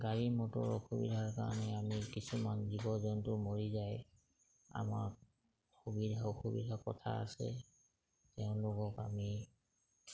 গাড়ী মটৰ অসুবিধাৰ কাৰণে আমি কিছুমান জীৱ জন্তু মৰি যায় আমাৰ সুবিধা অসুবিধা কথা আছে তেওঁলোকক আমি